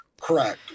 correct